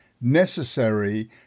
necessary